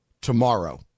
tomorrow